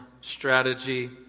strategy